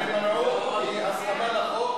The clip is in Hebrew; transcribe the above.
הימנעות היא הסכמה לחוק,